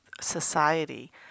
society